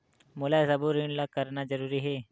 मोला सबो ऋण ला करना जरूरी हे?